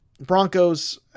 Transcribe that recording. Broncos